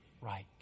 right